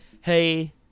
Hey